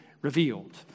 revealed